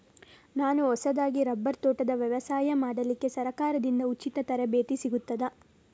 ನಾನು ಹೊಸದಾಗಿ ರಬ್ಬರ್ ತೋಟದ ವ್ಯವಸಾಯ ಮಾಡಲಿಕ್ಕೆ ಸರಕಾರದಿಂದ ಉಚಿತ ತರಬೇತಿ ಸಿಗುತ್ತದಾ?